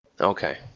okay